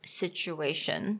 situation